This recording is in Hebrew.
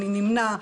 אני נמנע,